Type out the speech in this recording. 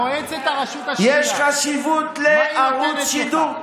יש חשיבות לערוץ שידור,